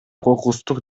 кокустук